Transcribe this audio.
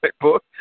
book